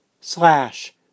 slash